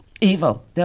Evil